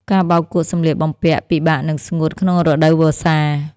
ការបោកគក់សម្លៀកបំពាក់ពិបាកនឹងស្ងួតក្នុងរដូវវស្សា។